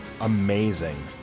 amazing